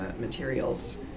materials